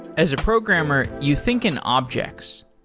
as a programmer, you think an object.